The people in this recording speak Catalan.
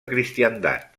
cristiandat